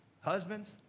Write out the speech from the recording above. husbands